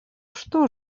что